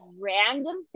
random